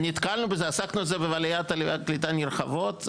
נתקלנו בזה עסקנו בזה בוועדת קליטה נרחבות.